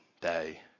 day